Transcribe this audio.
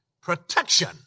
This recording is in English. protection